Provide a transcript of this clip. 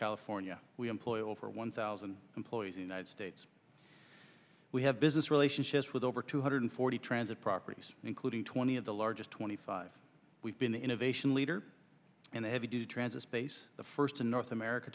california we employ over one thousand employees united states we have business relationships with over two hundred forty transit properties including twenty of the largest twenty five we've been the innovation leader and the heavy duty transit space the first in north america